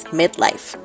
midlife